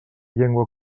llengua